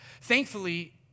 Thankfully